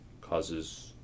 causes